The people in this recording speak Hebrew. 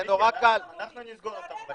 אנחנו נסגור אותם,